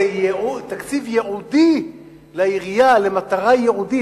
זה תקציב ייעודי לעירייה למטרה ייעודית.